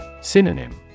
Synonym